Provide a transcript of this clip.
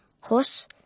horse